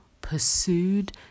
pursued